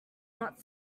not